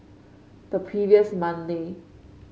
the previous Monday